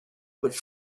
which